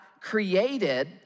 created